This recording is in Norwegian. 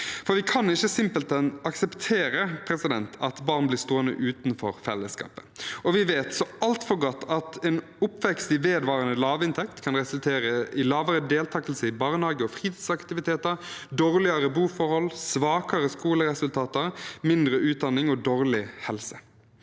Vi kan simpelthen ikke akseptere at barn blir stående utenfor fellesskapet. Vi vet så altfor godt at en oppvekst i vedvarende lavinntekt kan resultere i lavere deltakelse i barnehage og fritidsaktiviteter, dårligere boforhold, svakere skoleresultater, mindre utdanning og dårligere helse.